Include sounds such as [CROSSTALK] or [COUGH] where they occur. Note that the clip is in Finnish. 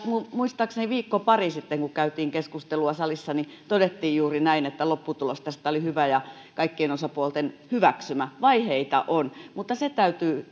muistaakseni viikko pari sitten kun käytiin keskustelua salissa todettiin juuri näin että lopputulos tästä oli hyvä ja kaikkien osapuolten hyväksymä vaiheita on mutta se täytyy [UNINTELLIGIBLE]